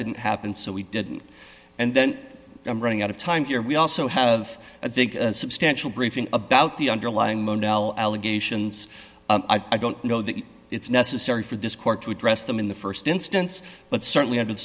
didn't happen so we didn't and then i'm running out of time here we also have a big substantial briefing about the underlying modelo allegations i don't know that it's necessary for this court to address them in the st instance but certainly under the